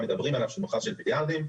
מדברים עליו שהוא מכרז של מיליארדים,